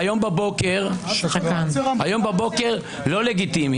יש לך מזל לא לקבל בואש.